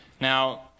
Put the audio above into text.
Now